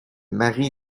mary